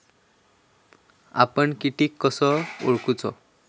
आपन कीटक कसो ओळखूचो?